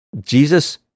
Jesus